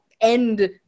end